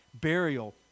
burial